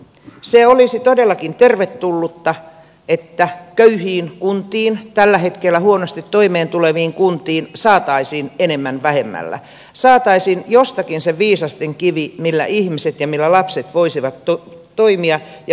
se olisi todellakin tervetullutta että köyhiin kuntiin tällä hetkellä huonosti toimeentuleviin kuntiin saataisiin enemmän vähemmällä saataisiin jostakin se viisasten kivi millä ihmiset ja millä lapset voisivat toimia ja voida hyvin